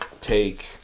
take